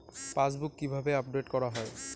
Passbook কিভাবে update করা হয়?